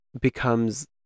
becomes